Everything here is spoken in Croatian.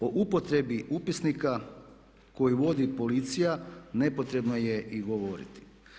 O upotrebi upisnika koju vodi policija nepotrebno je i govoriti.